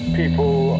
people